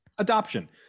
Adoption